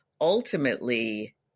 Ultimately